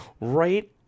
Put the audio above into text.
Right